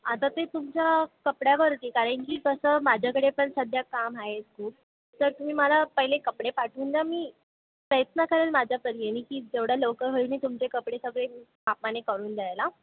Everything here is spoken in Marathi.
आता ते तुमच्या कपड्यावरती कारण की कसं माझ्याकडे पण सध्या काम आहे खूप तर तुम्ही मला पहिले कपडे पाठवून द्या मी प्रयत्न करेन माझ्यापरीने की जेवढ्या लवकर होईल मी तुमचे कपडे सगळे मापाने करून द्यायला